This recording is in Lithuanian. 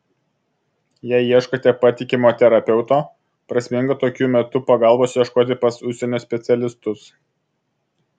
jei ieškote patikimo terapeuto prasminga tokiu metu pagalbos ieškoti pas užsienio specialistus